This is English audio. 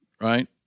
right